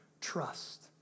trust